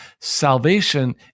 Salvation